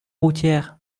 routière